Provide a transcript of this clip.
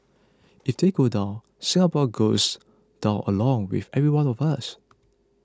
if they go down Singapore goes down along with every one of us